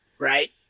Right